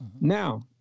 now